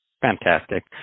fantastic